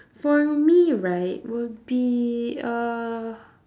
for me right will be uh